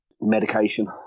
medication